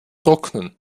trocknen